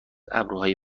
ابروهای